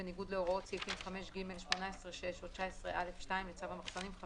בניגוד להוראות סעיפים 5(ג),5,000 18(6) או 19(א)(2) לצו המחסנים,